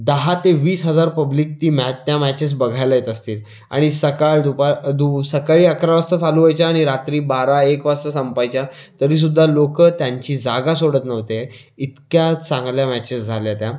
दहा ते वीस हजार पब्लिक ती मॅच त्या मॅचेस बघायला येत असतील आणि सकाळ दुपार दु सकाळी अकरा वाजता चालू व्हायच्या आणि रात्री बारा एक वाजता संपायच्या तरीसुद्धा लोकं त्यांची जागा सोडत नव्हते इतक्या चांगल्या मॅचेस झाल्या त्या